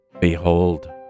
Behold